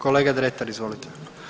Kolega Dretar, izvolite.